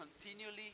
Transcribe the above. continually